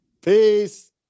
Peace